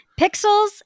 Pixels